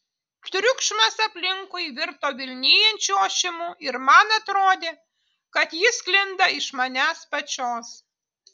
triukšmas aplinkui virto vilnijančiu ošimu ir man atrodė kad jis sklinda iš manęs pačios